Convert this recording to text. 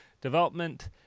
development